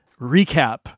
recap